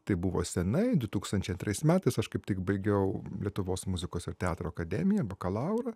taip buvo senai du tūkstančiai antrais metais aš kaip tik baigiau lietuvos muzikos ir teatro akademiją bakalaurą